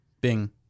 Bing